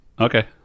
Okay